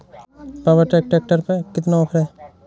Power track tractor पर कितना offer है?